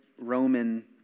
Roman